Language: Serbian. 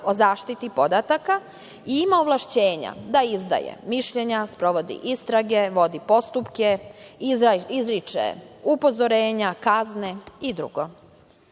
o zaštiti podataka i ima ovlašćenja da izdaje mišljenja, sprovodi istrage, vodi postupke, izriče upozorenja, kazne i